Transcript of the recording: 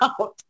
out